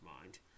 mind